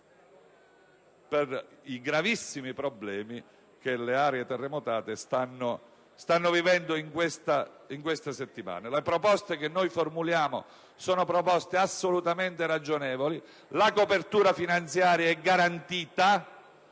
sui gravissimi problemi che le aree terremotate stanno vivendo in queste settimane. Le proposte che formuliamo sono assolutamente ragionevoli. La copertura finanziaria è garantita,